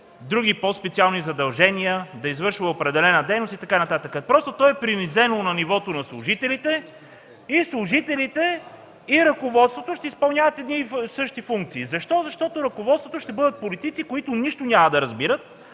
други, по-специални задължения, да извършва определена дейност и така нататък. То е принизено на нивото на служителите – и служителите, и ръководството ще изпълняват едни и същи функции! Защо? Защото ръководството ще бъдат политици, които нищо няма да разбират,